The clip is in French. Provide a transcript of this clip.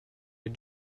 les